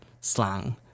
slang